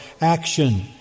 action